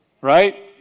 Right